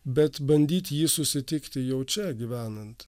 bet bandyt jį susitikti jau čia gyvenant